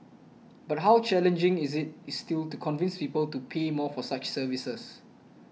but how challenging is it is still to convince people to pay more for such services